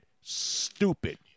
stupid